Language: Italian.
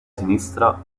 sinistra